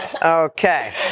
Okay